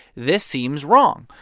this seems wrong.